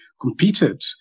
competed